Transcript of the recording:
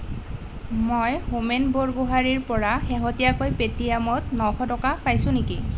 মই হোমেন বৰগোহাঞিৰ পৰা শেহতীয়াকৈ পে' টি এমত নশ টকা পাইছোঁ নেকি